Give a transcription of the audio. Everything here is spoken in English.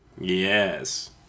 Yes